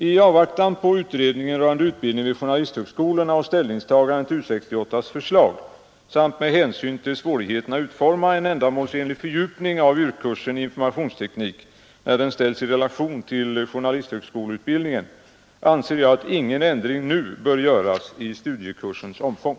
I avvaktan på utredningen rörande utbildningen vid journalisthögskolorna och ställningstagande till U 68:s förslag samt med hänsyn till svårigheterna att utforma en ändamålsenlig fördjupning av YRK-kursen i informationsteknik när den ställs i relation till journalisthögskoleutbildningen anser jag att ingen ändring nu bör göras i studiekursens omfång.